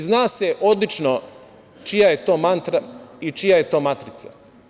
Zna se odlično čija je to mantra i čija je to matrica.